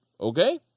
Okay